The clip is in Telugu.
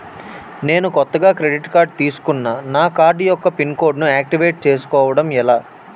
నేను కొత్తగా క్రెడిట్ కార్డ్ తిస్కున్నా నా కార్డ్ యెక్క పిన్ కోడ్ ను ఆక్టివేట్ చేసుకోవటం ఎలా?